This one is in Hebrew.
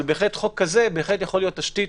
אבל חוק כזה יכול להיות תשתית,